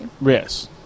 Yes